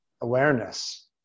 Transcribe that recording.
awareness